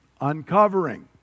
uncovering